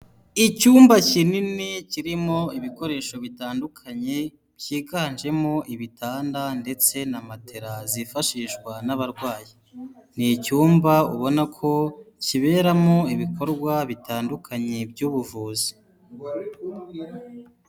Icyumba kinini kirimo ibikoresho bitandukanye, byiganjemo ibitanda ndetse na matera zifashishwa n'abarwayi. Ni icyumba ubona ko kiberamo ibikorwa bitandukanye by'ubuvuzi.